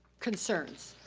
concerns,